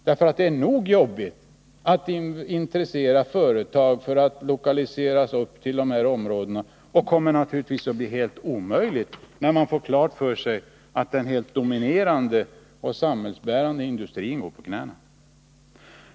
Det är jobbigt nog att intressera företag för att lokaliseras upp till dessa områden, och det kommer att bli alldeles omöjligt när man får klart för sig att den helt dominerande och samhällsbärande industrin går på knäna.